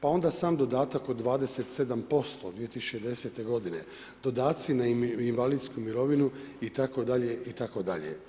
Pa onda sam dodatak od 27% 2010. godine, dodaci na invalidsku mirovinu, itd., itd.